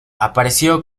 aparece